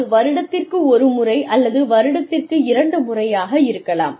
அது வருடத்திற்கு ஒரு முறை அல்லது வருடத்திற்கு இரண்டு முறையாக இருக்கலாம்